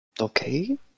Okay